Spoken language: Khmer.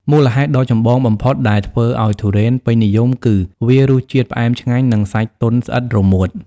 មូលហេតុដ៏ចម្បងបំផុតដែលធ្វើឲ្យទុរេនពេញនិយមគឺ វារសជាតិផ្អែមឆ្ងាញ់ និងសាច់ទន់ស្អិតរមួត។